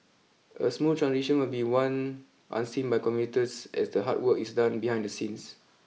a smooth transition will be one unseen by commuters as the hard work is done behind the scenes